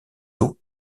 eaux